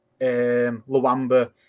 Luamba